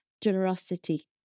generosity